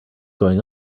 going